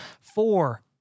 four